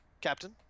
Captain